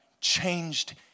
changed